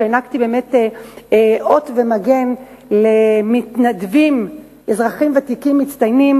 כשהענקתי אות ומגן לאזרחים ותיקים מתנדבים מצטיינים.